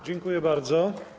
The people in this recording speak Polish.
Dziękuję bardzo.